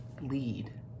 lead